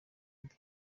mbi